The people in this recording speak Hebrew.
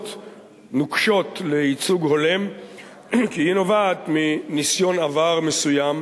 נוקשות לייצוג הולם כי היא נובעת מניסיון עבר מסוים,